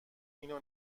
اینو